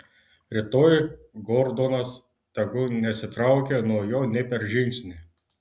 rytoj gordonas tegu nesitraukia nuo jo nė per žingsnį